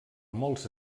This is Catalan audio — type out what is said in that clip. molts